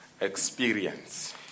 experience